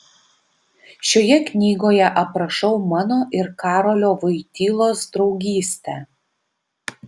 šioje knygoje aprašau mano ir karolio voitylos draugystę